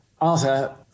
Arthur